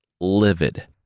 livid